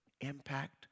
impact